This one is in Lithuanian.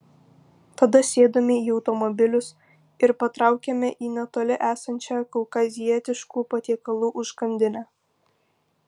tada sėdome į automobilius ir patraukėme į netoli esančią kaukazietiškų patiekalų užkandinę